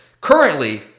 currently